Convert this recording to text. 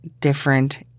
different